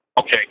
Okay